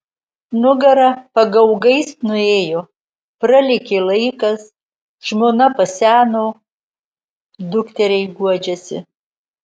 nugara pagaugais nuėjo pralėkė laikas žmona paseno dukteriai guodžiasi